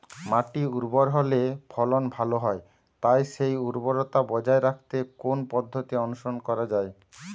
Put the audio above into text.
মাটি উর্বর হলে ফলন ভালো হয় তাই সেই উর্বরতা বজায় রাখতে কোন পদ্ধতি অনুসরণ করা যায়?